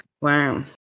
Wow